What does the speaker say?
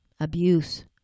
abuse